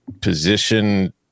position